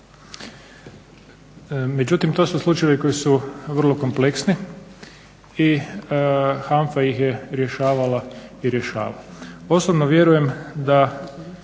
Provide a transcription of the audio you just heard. Međutim, to su slučajevi koji su vrlo kompleksni i HANFA ih je rješavala i rješava. Osobno vjerujem da